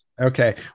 Okay